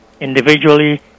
individually